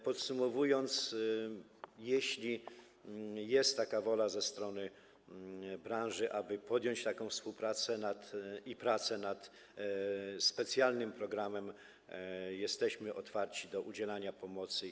Podsumowując, jeśli jest wola ze strony branży, aby podjąć taką współpracę i pracę nad specjalnym programem, jesteśmy otwarci na udzielanie pomocy.